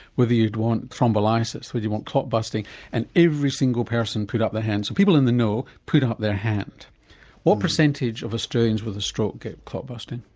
whether you'd want thrombolysis, whether you'd want clot busting and every single person put up their hands so people in the know put up their hand what percentage of australians with a stroke get clot busting?